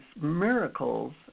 miracles